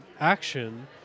action